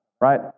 right